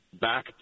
back